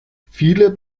viele